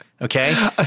Okay